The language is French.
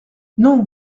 non